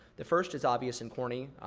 the first is obvious and corny,